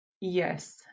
Yes